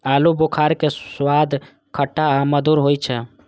आलू बुखारा के स्वाद खट्टा आ मधुर होइ छै